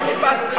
אני לא חיפשתי,